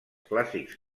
clàssics